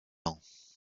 ans